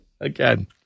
Again